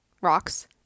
rocks